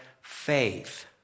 faith